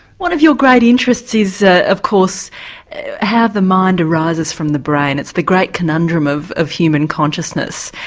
one of your great interests is ah of course how the mind arises from the brain, it's the great conundrum of of human consciousness.